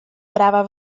práva